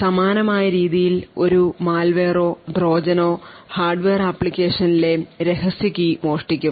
സമാനമായ രീതിയിൽ ഒരു malware ഓ ട്രോജനോ ഹാർഡ്വെയർ അപ്ലിക്കേഷനിലെ രഹസ്യ കീ മോഷ്ടിക്കും